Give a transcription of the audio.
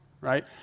Right